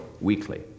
weekly